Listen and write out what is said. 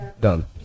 done